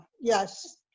Yes